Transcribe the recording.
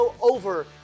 over